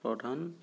প্ৰধান